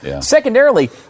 Secondarily